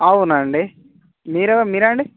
అవును అండి మీరు ఎవ మీరండి